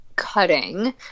cutting